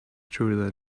true